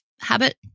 habit